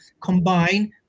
combine